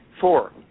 Four